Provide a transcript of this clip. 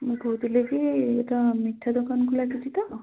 ମୁଁ କହୁଥିଲି କି ଏଇଟା ମିଠା ଦୋକାନକୁ ଲାଗିଛି ତ